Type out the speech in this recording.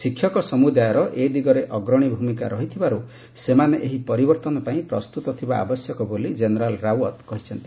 ଶିକ୍ଷକ ସମୁଦାୟର ଏ ଦିଗରେ ଅଗ୍ରଣୀ ଭୂମିକା ରହିଥିବାରୁ ସେମାନେ ଏହି ପରିବର୍ତ୍ତନ ପାଇଁ ପ୍ରସ୍ତୁତ ଥିବା ଆବଶ୍ୟକ ବୋଲି ଜେନେରାଲ ରାଓ୍ୱତ କହିଛନ୍ତି